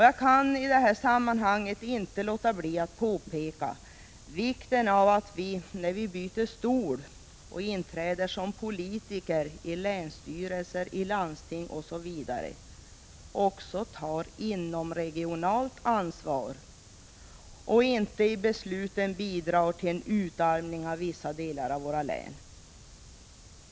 Jag kan i detta sammanhang inte låta bli att påpeka vikten av att vi, när vi byter stol och inträder som politiker i länsstyrelser, i landsting osv., också tar inomregionalt ansvar och inte genom besluten bidrar till utarmning av vissa delar av våra län.